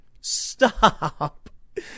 Stop